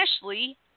Ashley